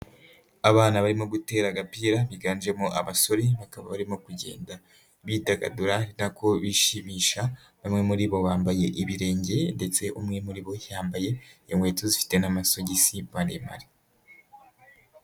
Abana barimo gutera agapira biganjemo abasore bakaba barimo kugenda bidagadura, ariko bishimisha, bamwe muri bo bambaye ibirenge ndetse umwe muri bo yambaye inkweto zifite n'amasogisi maremare.